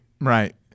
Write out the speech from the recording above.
Right